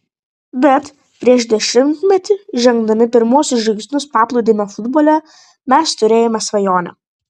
bet prieš dešimtmetį žengdami pirmuosius žingsnius paplūdimio futbole mes turėjome svajonę